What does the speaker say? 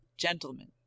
Gentlemen